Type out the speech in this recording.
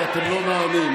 כי אתה לא מאמין,